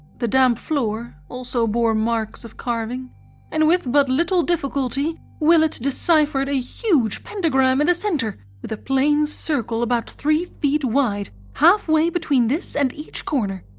the damp floor also bore marks of carving and with but little difficulty willett deciphered a huge pentagram in the centre, with a plain circle about three feet wide half way between this and each corner.